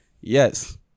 Yes